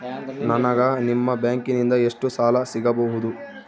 ನನಗ ನಿಮ್ಮ ಬ್ಯಾಂಕಿನಿಂದ ಎಷ್ಟು ಸಾಲ ಸಿಗಬಹುದು?